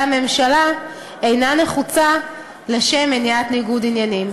הממשלה אינה נחוצה לשם מניעת ניגוד עניינים.